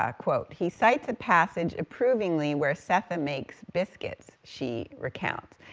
ah quote, he cites a passage approvingly where sethe makes biscuits, she recounts,